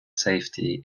safety